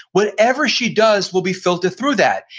whatever she does will be filtered through that.